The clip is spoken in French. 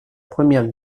première